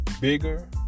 bigger